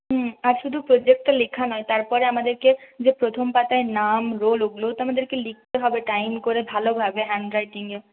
হুম আর শুধু প্রোজেক্টটা লেখা নয় তারপরে আমাদেরকে যে প্রথম পাতায় নাম রোল ওগুলোও তো আমাদেরকে লিখতে হবে টাইম করে ভালোভাবে হ্যান্ডরাইটিঙে